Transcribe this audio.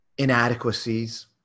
inadequacies